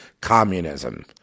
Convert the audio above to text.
communism